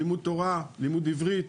לימוד תורה, לימוד עברית,